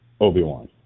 Obi-Wan